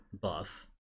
buff